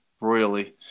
royally